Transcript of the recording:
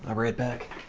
ah bring it back,